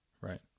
right